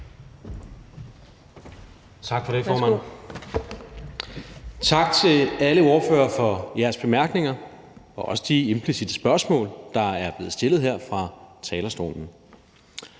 Tak for det, formand. Tak til alle ordførere for jeres bemærkninger og også de implicitte spørgsmål, der er blevet stillet her fra talerstolen.